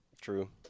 True